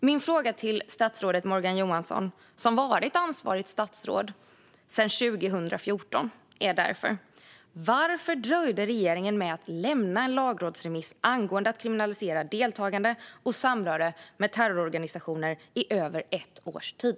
Min fråga till statsrådet Morgan Johansson, som varit ansvarigt statsråd sedan 2014, är därför: Varför dröjde regeringen med att lämna en lagrådsremiss angående att kriminalisera deltagande i och samröre med terrororganisationer i över ett års tid?